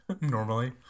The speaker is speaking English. normally